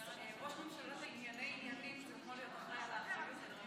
להיות ראש ממשלה לענייני ימין זה כמו להיות אחראי לאחריות?